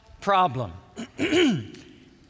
problem